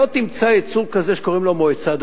לא תמצא יצור כזה שקוראים לו מועצה דתית.